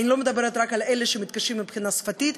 אני לא מדברת רק על אלה שמתקשים מבחינה שפתית,